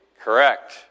correct